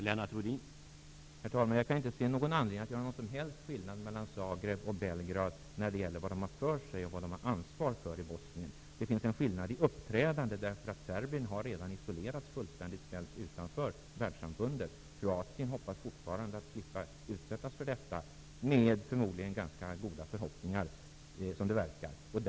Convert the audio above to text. Herr talman! Jag kan inte se någon anledning att göra någon som helst skillnad mellan Zagreb och Belgrad när det gäller deras ansvar för Bosnien och vad de har för sig. Det finns en skillnad i uppträdandet. Serbien har redan isolerats och fullständigt ställts utanför världssamfundet. Kroatien hoppas fortfarande att slippa utsättas för detta, med förmodligen ganska goda förhoppningar, som det verkar.